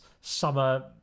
summer